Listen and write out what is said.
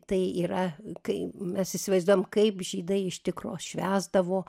tai yra kai mes įsivaizduojam kaip žydai iš tikro švęsdavo